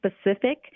specific